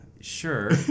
sure